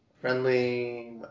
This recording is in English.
Friendly